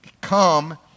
come